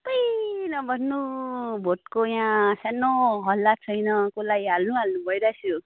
अपुई नभन्नु भोटको यहाँ सानो हल्ला छैन कसलाई हाल्नु हाल्नु भइरहेको छु